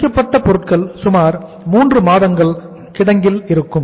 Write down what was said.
முடிக்கப்பட்ட பொருட்கள் சுமார் 3 மாதங்கள் கிடங்கில் இருக்கும்